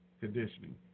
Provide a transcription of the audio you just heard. Conditioning